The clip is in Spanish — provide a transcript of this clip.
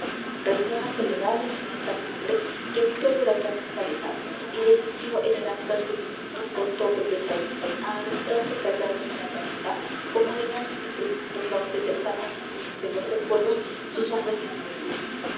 reinó la soledad en la alta cumbre que habitó el huracan encadenado y descendió el araxa gemebundo con torpe pesadumbre a arrastrarse callado en la llanura como del alma en el profundo cauce desatan en silencio los recuerdos sus ondas de amargurasiempre